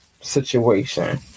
situation